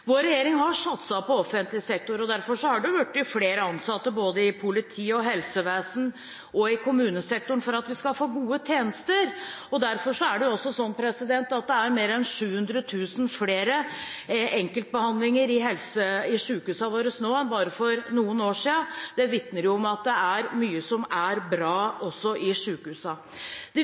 Vår regjering har satset på offentlig sektor, og derfor har det blitt flere ansatte både i politiet, i helsevesenet og i kommunesektoren så vi skal få gode tjenester. Derfor er det også sånn at det er mer enn 700 000 flere enkeltbehandlinger i sykehusene våre nå enn for bare noen år siden. Det vitner om at det er mye som er bra også i sykehusene. Det viktigste regjeringen har jobbet med de